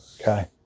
Okay